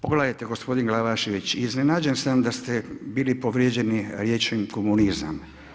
Pogledajte gospodine Glavašević, iznenađen sam da ste bili povrijeđeni riječju komunizam.